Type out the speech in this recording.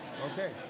Okay